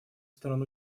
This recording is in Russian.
стран